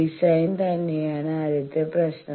design തന്നെയാണ് ആദ്യത്തെ പ്രശ്നം